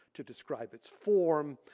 to describe its form,